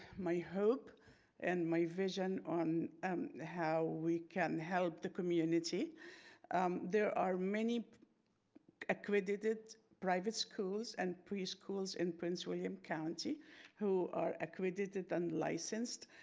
my hope and my vision on how we can help the community there are many accredited private schools and preschools in prince william county who are accredited and licensed.